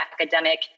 academic